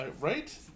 right